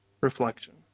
reflection